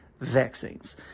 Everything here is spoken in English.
vaccines